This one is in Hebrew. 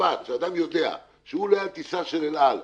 שאדם יודע שכשהוא עולה על טיסה של אל על,